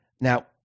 Now